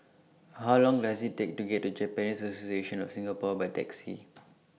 How Long Does IT Take to get to Japanese Association of Singapore By Taxi